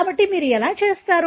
కాబట్టి మీరు ఎలా చేస్తారు